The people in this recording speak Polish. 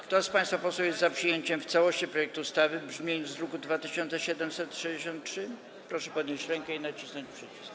Kto z państwa posłów jest za przyjęciem w całości projektu ustawy w brzmieniu z druku nr 2763, proszę podnieść rękę i nacisnąć przycisk.